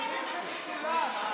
אתם יודעים שמצולם,